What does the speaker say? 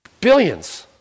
billions